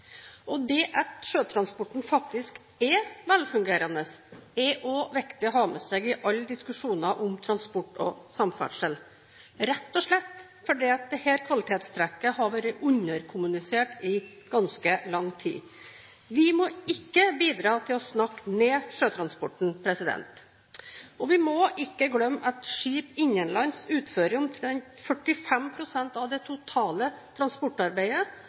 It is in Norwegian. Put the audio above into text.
utlandet. Det at sjøtransporten faktisk er velfungerende, er også viktig å ha med seg i alle diskusjoner om transport og samferdsel – rett og slett fordi dette kvalitetstrekket har vært underkommunisert i ganske lang tid. Vi må ikke bidra til å snakke ned sjøtransporten, og vi må ikke glemme at skip innenlands utfører omtrent 45 pst. av det totale transportarbeidet,